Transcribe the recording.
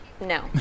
no